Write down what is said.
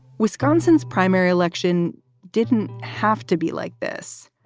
wisconsin's primary election didn't have to be like this.